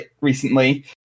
recently